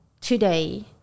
today